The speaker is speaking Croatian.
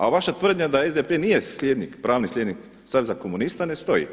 A vaša tvrdnja da SDP nije slijednik, pravni slijednik saveza komunista ne stoji.